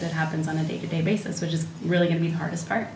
that happens on a day to day basis which is really in the hardest part